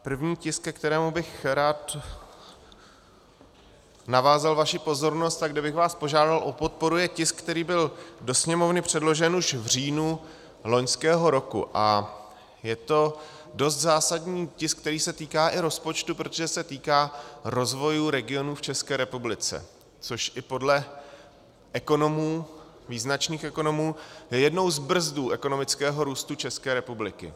První tisk, ke kterému bych rád navázal vaši pozornost a kde bych vás požádal o podporu, je tisk, který byl do Sněmovny předložen už v říjnu loňského roku a je to dost zásadní tisk, který se týká i rozpočtu, protože se týká rozvoje regionů v České republice, což i podle ekonomů, význačných ekonomů, je jednou z brzd ekonomického růstu České republiky.